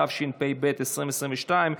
התשפ"ב 2022,